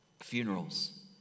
Funerals